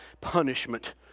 punishment